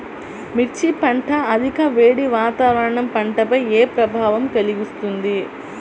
మిర్చి పంట అధిక వేడి వాతావరణం పంటపై ఏ ప్రభావం కలిగిస్తుంది?